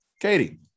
Katie